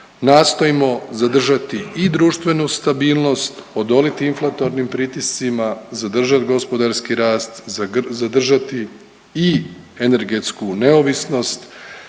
nastojimo zadržati i društvenu stabilnost, odoliti inflatornim pritiscima, zadržat gospodarski rast, zadržati i energetsku neovisnost